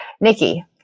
nikki